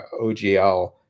OGL